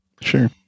sure